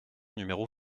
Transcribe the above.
numéro